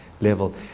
level